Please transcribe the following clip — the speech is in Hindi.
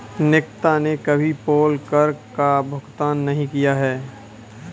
निकिता ने कभी पोल कर का भुगतान नहीं किया है